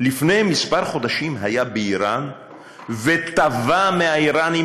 לפני כמה חודשים היה באיראן ותבע מהאיראנים